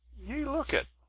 ye look it,